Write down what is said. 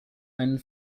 einen